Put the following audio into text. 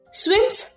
swims